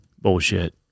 Bullshit